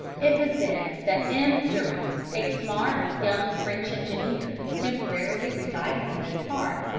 it was then that m. durant, a smart young french engineer, temporarily residing in those parts,